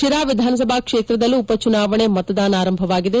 ಶಿರಾ ವಿಧಾನಸಭಾ ಕ್ಷೇತ್ರದಲ್ಲೂ ಉಪ ಚುನಾವಣೆ ಮತದಾನ ಆರಂಭವಾಗಿದೆ